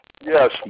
Yes